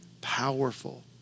powerful